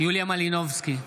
יוליה מלינובסקי,